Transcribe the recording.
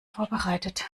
vorbereitet